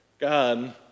God